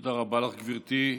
תודה רבה לך, גברתי.